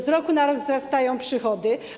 Z roku na rok wzrastają przychody.